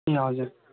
ए हजुर